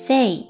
Say